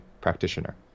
practitioner